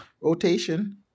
Rotation